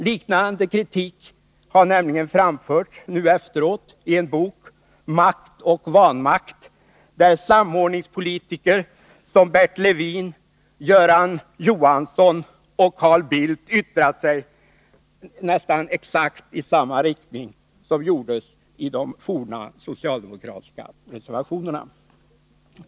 Liknande kritik har nämligen nu efteråt framförts i en bok, Makt och vanmakt, där samordningspolitiker som Bert Levin, Göran Johansson och Carl Bildt yttrat sig i nästan exakt samma riktning som var fallet i de forna socialdemokratiska reservationerna.